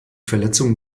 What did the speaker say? verletzungen